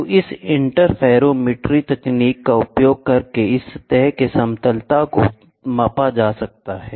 तो इस इंटरफेरोमेट्री तकनीक का उपयोग करके इस सतह के समतलता को मापा जा सकता है